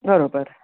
बरोबर